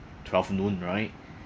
twelve noon right